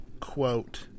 quote